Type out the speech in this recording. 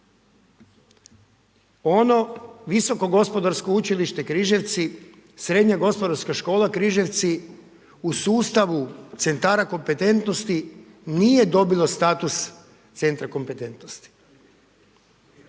Ono Visoko gospodarsko učilište Križevci, srednja Gospodarska škola Križevci u sustavu centara kompetentnosti, nije dobilo status centra kompetentnosti.